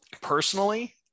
personally